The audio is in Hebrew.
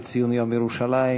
בציון יום ירושלים,